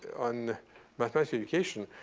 on mathematics education.